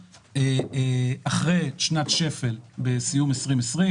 אחרי שנת שפל בסיום 2020,